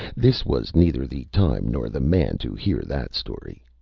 this was neither the time nor the man to hear that story.